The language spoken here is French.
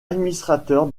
administrateur